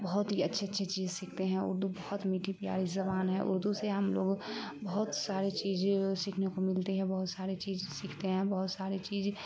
بہت ہی اچھے اچھی چیز سیکھتے ہیں اردو بہت میٹھی پیاری زبان ہے اردو سے ہم لوگ بہت سارے چیز سیکھنے کو ملتی ہے بہت ساڑے چیز سیکھتے ہیں بہت سارے چیز